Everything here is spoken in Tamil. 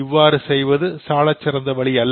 இவ்வாறு செய்வது சாலச் சிறந்த வழி அல்ல